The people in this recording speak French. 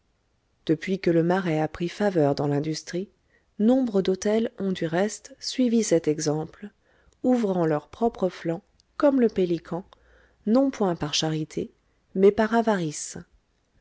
depuis que le marais a pris faveur dans l'industrie nombre d'hôtels ont du reste suivi cet exemple ouvrant leurs propres flancs comme le pélican non point par charité mais par avarice